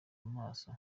amaso